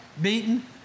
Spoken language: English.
beaten